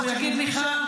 אין ספק בכלל.